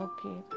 Okay